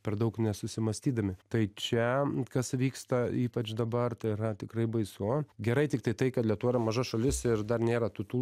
per daug nesusimąstydami tai čia kas vyksta ypač dabar tai yra tikrai baisu gerai tiktai tai kad lietuva yra maža šalis ir dar nėra tų tų